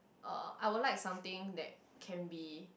uh I would like something that can be